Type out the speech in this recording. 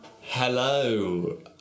hello